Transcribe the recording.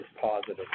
positive